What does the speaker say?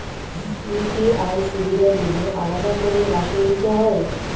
UPI সুবিধা নিলে আলাদা করে মাসুল দিতে হয়?